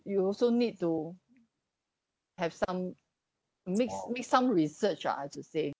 you'll also need to have some makes makes some research ah I have to say